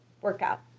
workout